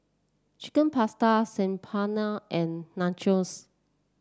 Chicken Pasta Saag Paneer and Nachos